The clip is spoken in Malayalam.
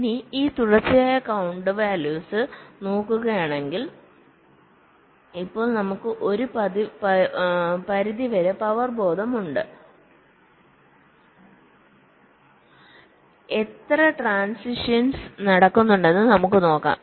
ഇനി ഈ തുടർച്ചയായ കൌണ്ട് വാല്യുസ് നോക്കുകയാണെങ്കിൽ ഇപ്പോൾ നമുക്ക് ഒരു പരിധിവരെ പവർ ബോധമുണ്ട് എത്ര ട്രാന്സിഷൻസ് നടക്കുന്നുണ്ടെന്ന് നമുക്ക് നോക്കാം